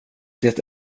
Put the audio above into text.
det